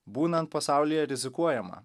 būnant pasaulyje rizikuojama